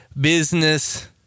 business